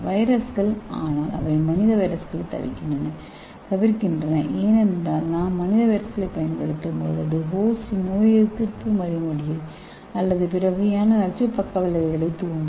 வைரஸ்கள் ஆனால் அவை மனித வைரஸ்களைத் தவிர்க்கின்றன ஏனென்றால் நாம் மனித வைரஸ்களைப் பயன்படுத்தும்போது அது ஹோஸ்டின் நோயெதிர்ப்பு மறுமொழியை அல்லது பிற வகையான நச்சு பக்க விளைவுகளைத் தூண்டும்